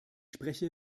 spreche